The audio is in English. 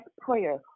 prayer